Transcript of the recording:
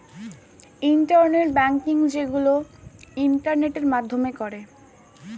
internet banking যেইগুলো ইন্টারনেটের মাধ্যমে করে